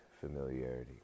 familiarity